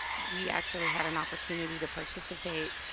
we actually had an opportunity to participate,